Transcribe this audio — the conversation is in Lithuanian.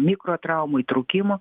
mikrotraumų įtrūkimų